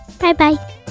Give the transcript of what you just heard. Bye-bye